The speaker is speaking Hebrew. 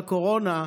בקורונה,